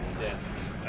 Yes